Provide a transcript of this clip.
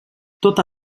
tota